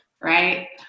right